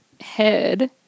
head